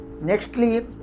Nextly